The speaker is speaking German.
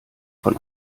von